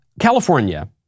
California